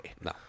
No